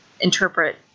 interpret